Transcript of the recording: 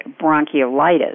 bronchiolitis